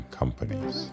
companies